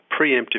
preemptive